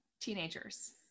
teenagers